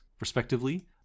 respectively